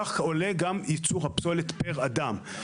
כך עולה גם ייצור הפסולת עבור כל אדם ואדם,